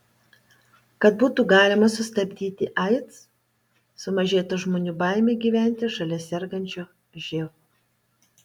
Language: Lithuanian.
kad būtų galima sustabdyti aids sumažėtų žmonių baimė gyventi šalia sergančio živ